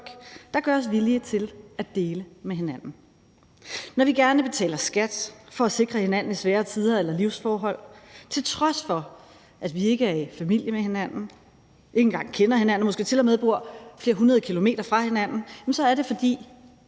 der gør os villige til at dele med hinanden. Når vi gerne betaler skat for at sikre hinanden i svære tider eller livsforhold, til trods for at vi ikke er i familie med hinanden, ikke engang kender hinanden og måske til og med bor flere hundrede kilometer fra hinanden, er det, fordi